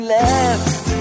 left